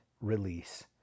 release